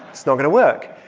it's not going to work.